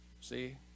See